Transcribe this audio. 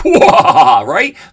Right